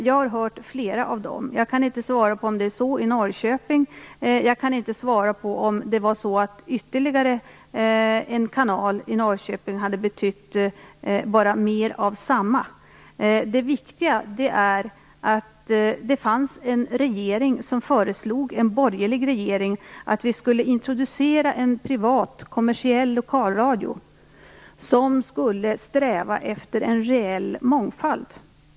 Jag har lyssnat på flera av dem. Jag kan inte svara på om det är så i Norrköping och på frågan om ytterligare en kanal i Norrköping hade betytt bara mer av samma saker. Det viktiga är att en borgerlig regering föreslog att vi skulle introducera en privat kommersiell lokalradio som skulle sträva efter en reell mångfald.